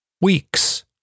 weeks